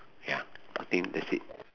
ya I think that's it